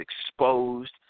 exposed